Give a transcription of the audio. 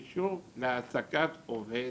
אישור להעסקת עובד